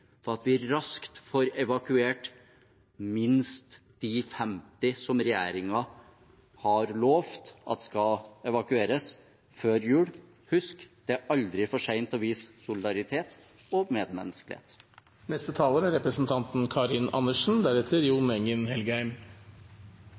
for at vi raskt får evakuert minst de 50 som regjeringen har lovet skal evakueres før jul. Husk: Det er aldri for sent å vise solidaritet og medmenneskelighet. Statsrådens svar i disse sakene gjør meg virkelig urolig. SV er